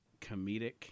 comedic